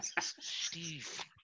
Steve